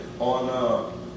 on